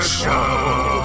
show